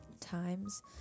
times